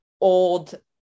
old